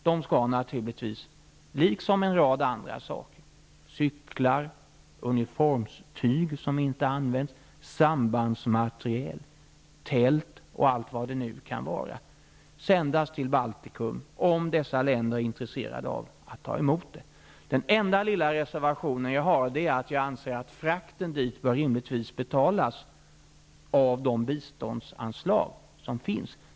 De skall naturligtvis, liksom en rad andra saker såsom cyklar, uniformstyg som inte används, sambandsmateriel, tält osv., sändas till Baltikum -- om dessa länder är intresserade av att ta emot materielen. Den enda lilla reservation jag har är att frakten dit rimligtvis bör betalas av de biståndsanslag som finns.